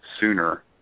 sooner